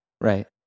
Right